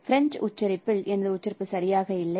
பிரஞ்சு உச்சரிப்பில் எனது உச்சரிப்பு சரியாக இல்லை